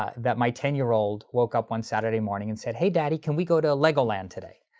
ah that my ten-year old woke up one saturday morning and said hey daddy, can we go to legoland today.